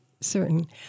certain